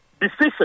decision